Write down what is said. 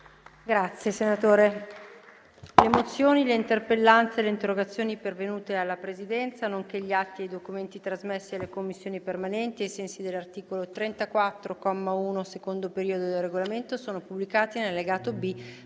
finestra"). Le mozioni, le interpellanze e le interrogazioni pervenute alla Presidenza, nonché gli atti e i documenti trasmessi alle Commissioni permanenti ai sensi dell'articolo 34, comma 1, secondo periodo, del Regolamento sono pubblicati nell'allegato B